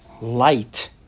light